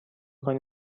کنی